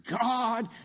God